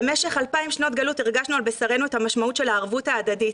במשך 2,000 שנות גלות הרגשנו על בשרנו את המשמעות של הערבות ההדדית.